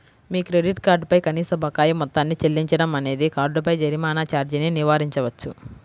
మీ credit card పై కనీస బకాయి మొత్తాన్ని చెల్లించడం అనేది కార్డుపై జరిమానా ఛార్జీని నివారించవచ్చు